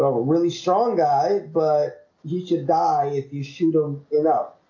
a really strong guy but you should die if you shoot him enough